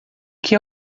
que